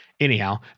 Anyhow